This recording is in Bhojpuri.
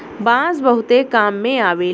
बांस बहुते काम में अवेला